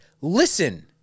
listen